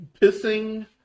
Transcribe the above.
pissing